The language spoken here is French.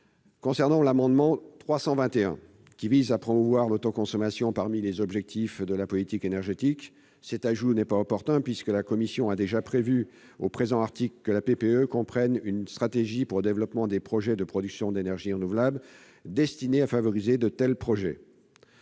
pertinente. L'amendement n° 321 rectifié vise à promouvoir l'autoconsommation parmi les objectifs de la politique énergétique. Cet ajout n'est pas opportun puisque la commission a déjà prévu, au présent article, que la PPE comprenne une « stratégie pour le développement des projets de production d'énergie renouvelable » destinée à favoriser de tels projets.